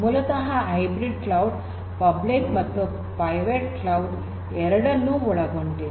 ಮೂಲತಃ hybrid cloud public ಮತ್ತು private ಎರಡನ್ನು ಒಳಗೊಂಡಿದೆ